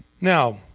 Now